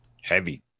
heavy